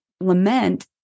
lament